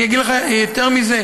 אני אגיד לך יותר מזה,